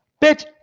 Bitch